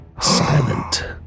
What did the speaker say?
silent